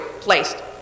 placed